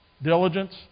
Diligence